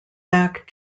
back